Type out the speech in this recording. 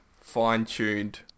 fine-tuned